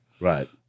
Right